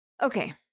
Okay